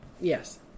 Yes